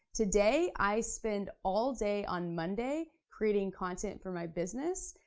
today i spend all day on monday creating content for my business,